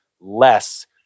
less